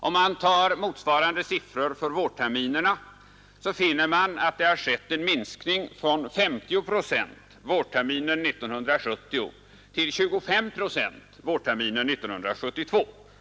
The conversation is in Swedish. Om man tar motsvarande siffror för vårterminerna, så finner man att det har skett en minskning från 50 procent vårterminen 1970 till 25 procent vårterminen 1972.